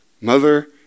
mother